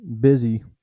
busy